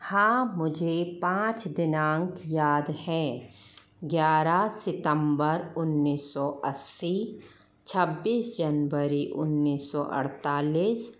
हाँ मुझे पाँच दिनांक याद हैं ग्यारह सितंबर उन्नीस सौ अस्सी छब्बीस जनवरी उन्नीस सौ अड़तालीस